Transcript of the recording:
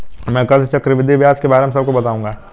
मैं कल से चक्रवृद्धि ब्याज के बारे में सबको बताऊंगा